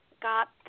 got